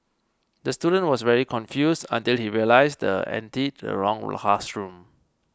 the student was very confused until he realised entered the wrong classroom